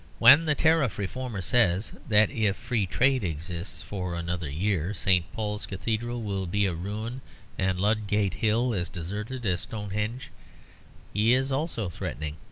when the tariff reformer says that if free trade exists for another year st. paul's cathedral will be a ruin and ludgate hill as deserted as stonehenge, he is also threatening.